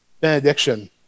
benediction